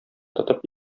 тотып